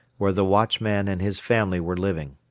where the watchman and his family were living.